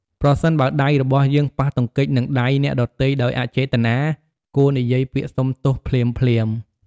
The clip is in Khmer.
ប្រសិនបើដៃរបស់យើងប៉ះទង្គិចនឹងដៃអ្នកដទៃដោយអចេតនា គួរនិយាយពាក្យសុំទោសភ្លាមៗ។